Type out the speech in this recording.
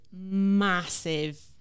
massive